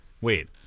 Wait